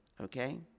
Okay